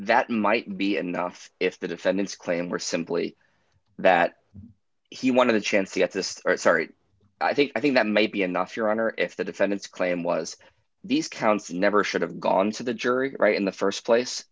that might be enough if the defendant's claim were simply that he wanted a chance to get this sorry i think i think that may be enough your honor if the defendant's claim was these counts never should have gone to the jury right in the st place